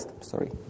sorry